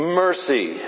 mercy